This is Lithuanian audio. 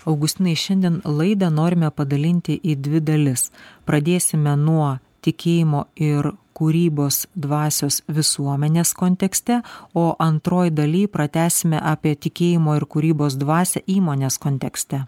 augustinai šiandien laidą norime padalinti į dvi dalis pradėsime nuo tikėjimo ir kūrybos dvasios visuomenės kontekste o antroj daly pratęsime apie tikėjimo ir kūrybos dvasią įmonės kontekste